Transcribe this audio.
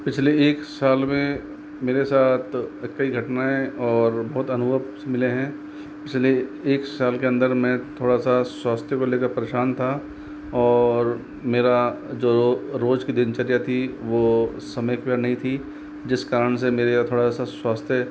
पिछले एक साल में मेरे साथ कई घटनाएं और बहुत अनुभव मिले हैं पिछले एक साल के अंदर मैं थोड़ा सा स्वास्थ्य को लेकर परेशान था और मेरा जो रो रोज़ की दिनचर्या थी वो समय पे नहीं थी जिस कारण से मेरे लिए थोड़ा सा स्वास्थ्य